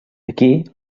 aquí